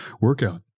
workout